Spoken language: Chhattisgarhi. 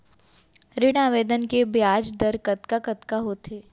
ऋण आवेदन के ब्याज दर कतका कतका होथे?